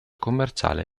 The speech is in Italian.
commerciale